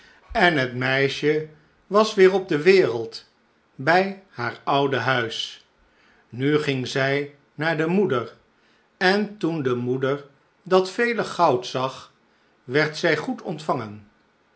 en het meisje was weer op de wereld bij haar oude huis nu ging zij naar de moeder en toen de moeder dat vele goud zag werd zij goed ontvangen